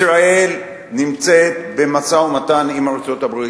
ישראל נמצאת במשא-ומתן עם ארצות-הברית,